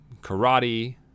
karate